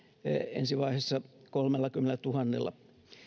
ensi vaiheessa kolmellakymmenellätuhannella